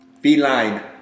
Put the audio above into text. Feline